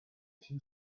few